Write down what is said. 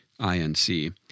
INC